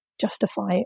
justify